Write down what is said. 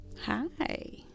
Hi